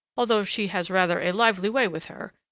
although she has rather a lively way with her,